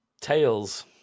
Tails